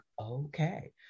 okay